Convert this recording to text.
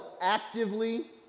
actively